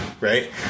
right